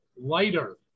lighter